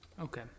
Okay